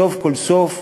סוף כל סוף,